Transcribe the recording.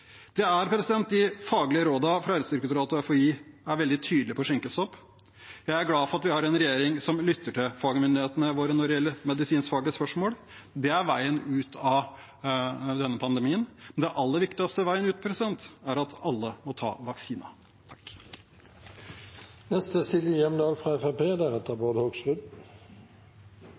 De faglige rådene fra Helsedirektoratet og FHI er veldig tydelige på skjenkestopp. Jeg er glad for at vi har en regjering som lytter til fagmyndighetene våre når det gjelder medisinskfaglige spørsmål. Det er veien ut av denne pandemien. Men den aller viktigste veien ut er at alle må ta